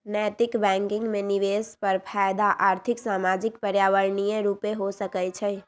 नैतिक बैंकिंग में निवेश पर फयदा आर्थिक, सामाजिक, पर्यावरणीय रूपे हो सकइ छै